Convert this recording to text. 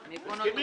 מיגון